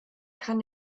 kann